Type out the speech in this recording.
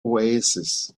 oasis